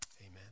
Amen